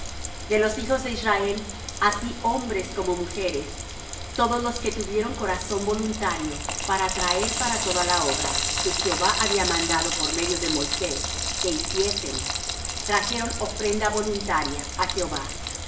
de los hijos de israel así hombres como mujeres todos los que tuvieron corazón voluntario para traer para toda la obra que jehová había mandado por medio de moisés que hiciesen trajeron ofrenda voluntaria á jehová